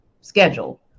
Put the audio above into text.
schedule